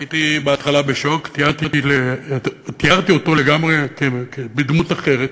הייתי בהתחלה בשוק, תיארתי אותו לגמרי בדמות אחרת,